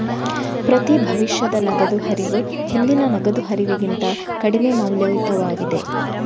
ಪ್ರತಿ ಭವಿಷ್ಯದ ನಗದು ಹರಿವು ಹಿಂದಿನ ನಗದು ಹರಿವಿಗಿಂತ ಕಡಿಮೆ ಮೌಲ್ಯಯುತವಾಗಿದೆ